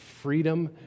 freedom